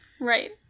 Right